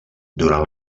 durant